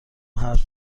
حرف